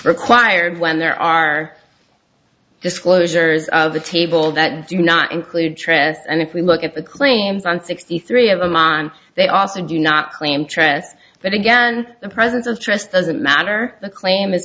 required when there are disclosures of the table that do not include tress and if we look at the claims on sixty three of amman they also do not claim trespass but again the presence of trust doesn't matter the claim